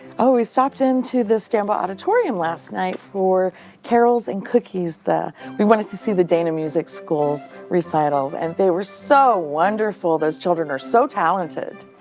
oh, we stopped in to the stambaugh auditorium last night for carols and cookies. we wanted to see the dana music school's recitals, and they were so wonderful. those children are so talented.